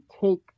take